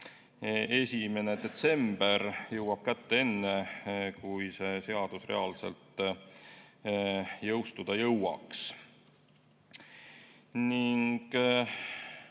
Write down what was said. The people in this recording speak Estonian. olev 1. detsember jõuab kätte enne, kui see seadus reaalselt jõustuda jõuaks. Komisjon